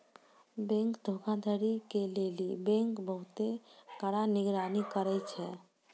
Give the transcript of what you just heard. bank धोखाधड़ी के लेली बैंक बहुते कड़ा निगरानी करै छै